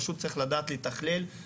פשוט צריך לדעת לתכלל,